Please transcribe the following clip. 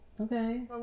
Okay